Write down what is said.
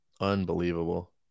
Unbelievable